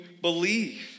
believe